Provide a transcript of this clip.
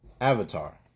Avatar